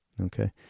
okay